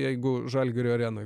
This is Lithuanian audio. jeigu žalgirio arenoj